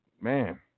man